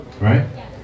right